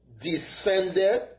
descended